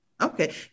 Okay